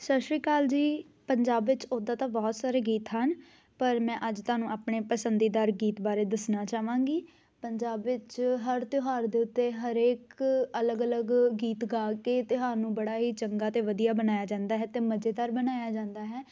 ਸਤਿ ਸ਼੍ਰੀ ਅਕਾਲ ਜੀ ਪੰਜਾਬ ਵਿੱਚ ਉੱਦਾਂ ਤਾਂ ਬਹੁਤ ਸਾਰੇ ਗੀਤ ਹਨ ਪਰ ਮੈਂ ਅੱਜ ਤੁਹਾਨੂੰ ਆਪਣੇ ਪਸੰਦੀਦਾਰ ਗੀਤ ਬਾਰੇ ਦੱਸਣਾ ਚਾਹਵਾਂਗੀ ਪੰਜਾਬ ਵਿੱਚ ਹਰ ਤਿਉਹਾਰ ਦੇ ਉੱਤੇ ਹਰੇਕ ਅਲੱਗ ਅਲੱਗ ਗੀਤ ਗਾ ਕੇ ਤਿਉਹਾਰ ਨੂੰ ਬੜਾ ਹੀ ਚੰਗਾ ਅਤੇ ਵਧੀਆ ਬਣਾਇਆ ਜਾਂਦਾ ਹੈ ਅਤੇ ਮਜੇਦਾਰ ਬਣਾਇਆ ਜਾਂਦਾ ਹੈ